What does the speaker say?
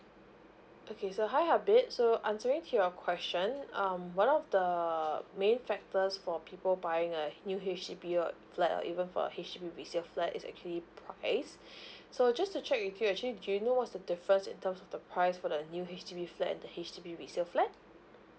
okay so hi habib so answering to your question um one of the main factors for people buying a new H_D_B uh flat or even for H_D_B resale flat is actually price so just to check with you actually do you know what's the difference in terms of the price for the new H_D_B flat and the H_D_B resale flat